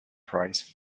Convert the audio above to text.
prize